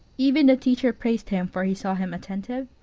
even the teacher praised him, for he saw him attentive,